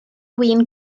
win